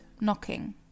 knocking